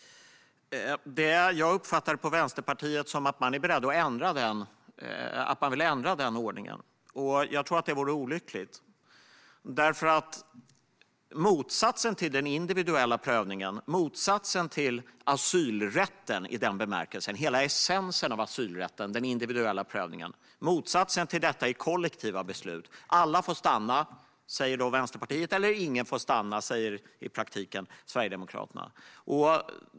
Jag uppfattar det som att Vänsterpartiet vill ändra den här ordningen. Jag tror att det vore olyckligt, därför att motsatsen till den individuella prövningen, motsatsen till asylrätten i den bemärkelsen - hela essensen av asylrätten, alltså den individuella prövningen - är kollektiva beslut. Alla får stanna, säger då Vänsterpartiet. Ingen får stanna, säger i praktiken Sverigedemokraterna.